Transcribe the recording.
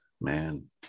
Man